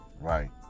Right